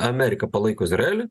amerika palaiko izraelį